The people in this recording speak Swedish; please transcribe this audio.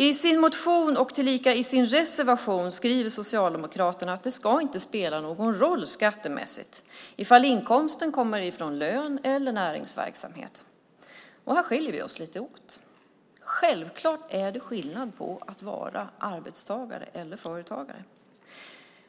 I sin motion och i sin reservation skriver Socialdemokraterna att det skattemässigt inte ska spela någon roll om inkomsten kommer från lön eller näringsverksamhet. Här skiljer vi oss lite åt. Det är självklart skillnad på att vara arbetstagare och företagare.